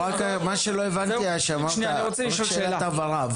רק לא הבנתי מה שאמרת, רק שאלת הבהרה.